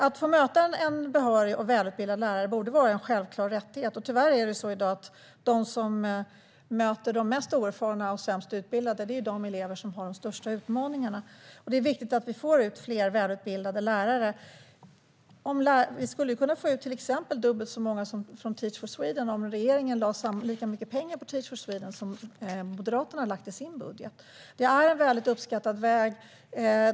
Att få möta en behörig och välutbildad lärare borde vara en självklar rättighet. Tyvärr är det i dag så att eleverna med de största utmaningarna är de elever som möter de mest oerfarna och sämst utbildade lärarna. Det är viktigt att vi får ut fler välutbildade lärare. Vi skulle till exempel kunna få ut dubbelt så många från Teach for Sweden om regeringen lade lika mycket pengar på Teach for Sweden som Moderaterna har lagt i sin budget. Det är en väldigt uppskattad väg.